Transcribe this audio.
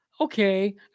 okay